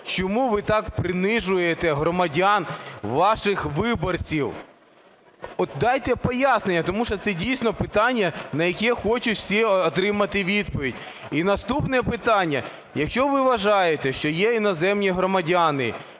Чому ви так принижуєте громадян - ваших виборців? От дайте пояснення, тому що це дійсно питання , на яке хочуть всі отримати відповідь. І наступне питання. Якщо ви вважаєте, що є іноземні громадяни,